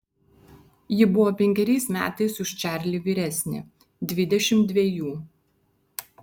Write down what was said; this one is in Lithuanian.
ji buvo penkeriais metais už čarlį vyresnė dvidešimt dvejų